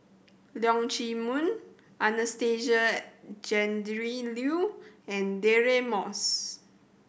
Leong Chee Mun Anastasia Tjendri Liew and Deirdre Moss